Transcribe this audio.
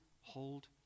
hold